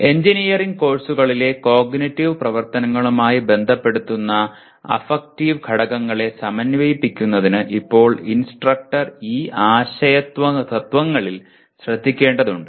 engineering കോഴ്സുകളിലെ cognitive പ്രവർത്തനങ്ങളുമായി ബന്ധപ്പെടുത്തുന്ന അഫക്റ്റീവ് ഘടകങ്ങളെ സമന്വയിപ്പിക്കുന്നതിന് ഇപ്പോൾ ഇൻസ്ട്രക്ടർ ഈ ആശ്രയത്വങ്ങളിൽ ശ്രദ്ധിക്കേണ്ടതുണ്ട്